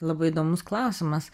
labai įdomus klausimas